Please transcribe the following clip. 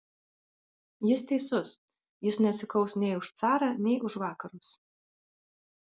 jis teisus jis nesikaus nei už carą nei už vakarus